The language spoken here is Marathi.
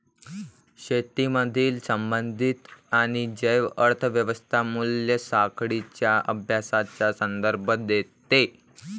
शेतीमधील संबंधित आणि जैव अर्थ व्यवस्था मूल्य साखळींच्या अभ्यासाचा संदर्भ देते